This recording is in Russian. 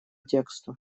тексту